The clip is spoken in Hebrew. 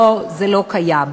לא, זה לא קיים.